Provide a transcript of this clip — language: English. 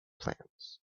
plants